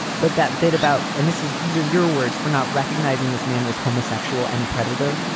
but that bit about. and this is these are your words for not recognizing this man was homosexual and a predator.